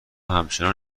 همچنان